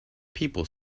people